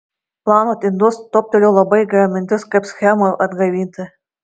plaunant indus toptelėjo labai gera mintis kaip schemą atgaivinti